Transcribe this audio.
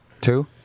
Two